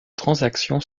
transaction